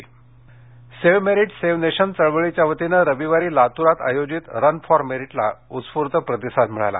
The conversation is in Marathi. व्हॉर्डस caste save merit save nation चळवळीच्या वतीने रविवारी लातूरात आयोजित रन फॉर मेरीटला उत्स्फूर्त प्रतिसाद मिळाला